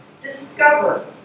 discover